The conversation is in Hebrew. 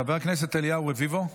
חבר הכנסת אליהו רביבו,